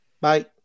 Bye